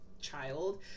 child